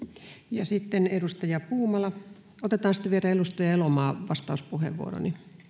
ja sitten edustaja puumala otetaan sitten vielä edustaja elomaan vastauspuheenvuoro